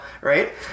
right